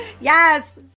Yes